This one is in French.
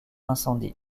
incendie